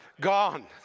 gone